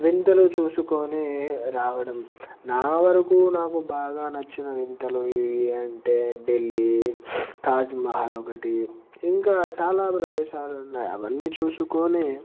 వింతలు చూసుకొని రావడం నా వరకు నాకు బాగా నచ్చిన వింతలు ఏవి అంటే ఢిల్లీ తాజ్మహల్ ఒకటి ఇంకా చాలా ప్రదేశాలు ఉన్నాయి అవన్నీ చూసుకుని